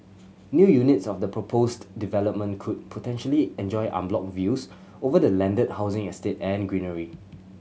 new units of the proposed development could potentially enjoy unblocked views over the landed housing estate and greenery